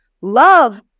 Love